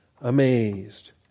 amazed